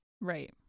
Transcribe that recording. Right